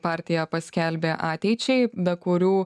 partija paskelbė ateičiai be kurių